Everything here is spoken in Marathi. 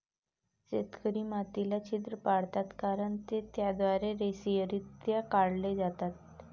शेतकरी मातीला छिद्र पाडतात कारण ते त्याद्वारे रेषीयरित्या काढले जातात